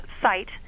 site